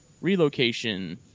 relocation